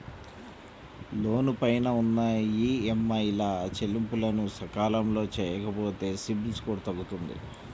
లోను పైన ఉన్న ఈఎంఐల చెల్లింపులను సకాలంలో చెయ్యకపోతే సిబిల్ స్కోరు తగ్గుతుంది